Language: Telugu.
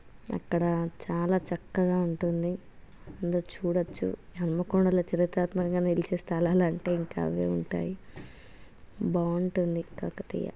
అక్కడ చాలా చక్కగా ఉంటుంది అందు చూడవచ్చు హనుమకొండలో చరిత్రాత్మకంగా నిలిచే స్థలాలంటే ఇంక అవే ఉంటాయి బావుంటుంది కాకతీయ